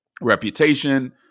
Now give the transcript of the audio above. reputation